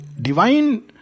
Divine